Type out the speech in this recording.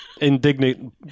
indignant